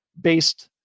based